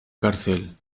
cárcel